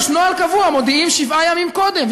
יש כבר נוהל קבוע: מודיעים שבעה ימים קודם.